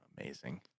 amazing